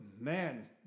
man